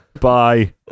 Bye